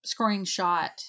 screenshot